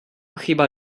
chyba